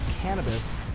cannabis